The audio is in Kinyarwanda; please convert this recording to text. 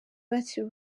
bakira